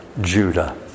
Judah